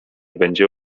będzie